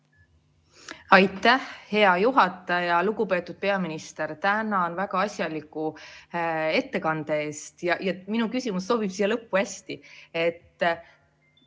Aitäh, hea juhataja! Lugupeetud peaminister, tänan väga asjaliku ettekande eest! Minu küsimus sobib siia lõppu hästi.